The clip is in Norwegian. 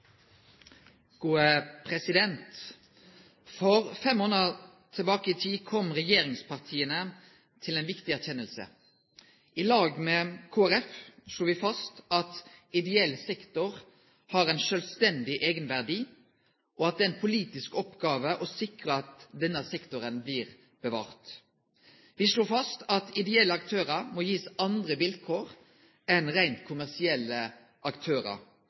For fem månader tilbake i tid kom regjeringspartia til ei viktig erkjenning. I lag med Kristeleg Folkeparti slo ein fast at ideell sektor har ein sjølvstendig eigenverdi, og at det er ei politisk oppgåve å sikre at denne sektoren blir bevart. Me slo fast at ideelle aktørar må ein gi andre vilkår enn reint kommersielle aktørar.